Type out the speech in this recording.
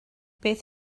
beth